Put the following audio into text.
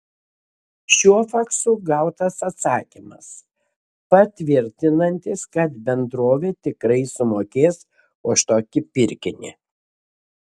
šiuo faksu gautas atsakymas patvirtinantis kad bendrovė tikrai sumokės už tokį pirkinį